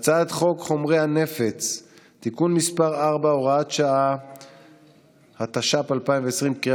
הצעת חוק להארכת תוקפן של תקנות שעת חירום (נגיף הקורונה